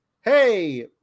hey